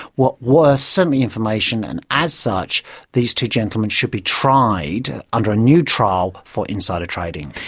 what were certainly information and as such these two gentlemen should be tried under a new trial for insider trading.